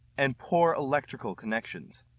and poor electrical connections.